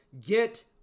get